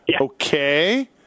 okay